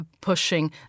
pushing